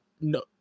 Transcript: no